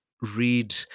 read